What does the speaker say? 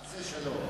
תעשה שלום.